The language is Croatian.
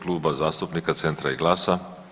Kluba zastupnika Centra i Glasa.